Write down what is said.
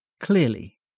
Clearly